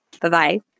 Bye-bye